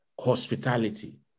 hospitality